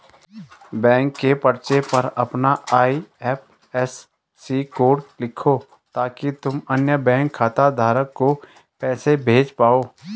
bank के पर्चे पर अपना आई.एफ.एस.सी कोड लिखो ताकि तुम अन्य बैंक खाता धारक को पैसे भेज पाओ